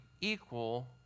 equal